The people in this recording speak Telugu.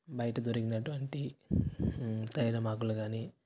బయట దొరికినటువంటి తైలం ఆకులు కాని